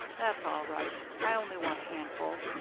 that's all right. i only want a handful.